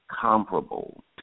comparable